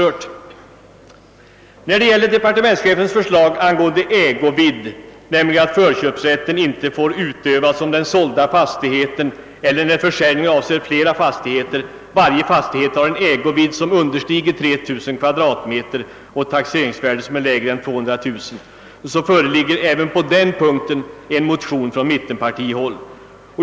Även när det gäller departementschefens förslag angående ägovidd — vilket förslag innebär att förköpsrätten inte får utövas om den sålda fastigheten eller, när försäljning avser flera fastigheter, varje fastighet har en ägovidd som understiger 3 000 kvadratmeter och ett taxeringsvärde som är lägre än 200000 kronor — föreligger en motion från mittenpartihåll.